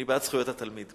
אני בעד זכויות התלמיד,